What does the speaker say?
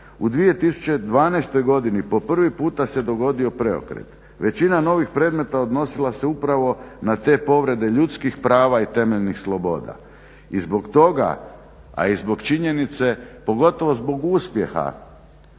u 2012. godini po prvi puta se dogodio preokret. Većina novih predmeta odnosila se upravo na te povrede ljudskih prava i temeljnih sloboda i zbog toga, a i zbog činjenice, pogotovo zbog uspjeha